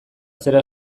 zera